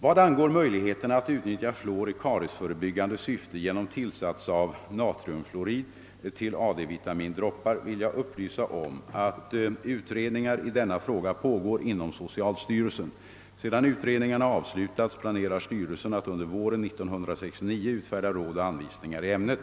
Vad angår möjligheterna att utnyttja fluor i kariesförebyggande syfte genom tillsats av natriumfluorid till AD-vitamindroppar vill jag upplysa om att utredningar i denna fråga pågår inom S0 cialstyrelsen. Sedan utredningarna avslutats planerar styrelsen att under våren 1969 utfärda råd och anvisningar i ämnet.